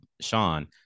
Sean